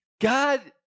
God